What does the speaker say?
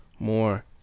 more